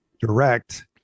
direct